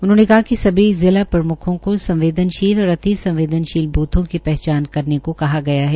उन्होंने कहा कि जिला प्रम्खों को संवदेनीशील और अति संवदेनशील बूथों की पहचान करने को कहा है